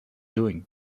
doing